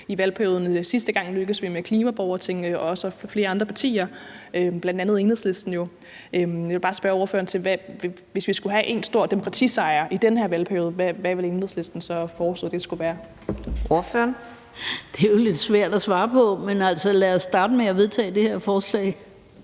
I valgperioden sidste gang lykkedes vi med klimaborgerting, også sammen med flere andre partier, jo bl.a. Enhedslisten. Jeg vil bare spørge ordføreren: Hvis vi skulle have én stor demokratisejr i den her valgperiode, hvad ville Enhedslisten så foreslå det skulle være? Kl. 15:26 Fjerde næstformand (Karina Adsbøl): Ordføreren.